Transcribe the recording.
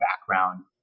background